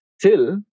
till